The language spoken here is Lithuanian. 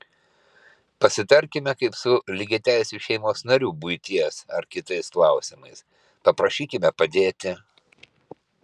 pasitarkime kaip su lygiateisiu šeimos nariu buities ar kitais klausimais paprašykime padėti